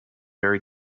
very